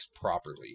properly